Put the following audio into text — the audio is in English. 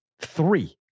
Three